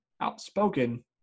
outspoken